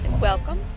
welcome